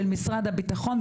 של משרד הביטחון,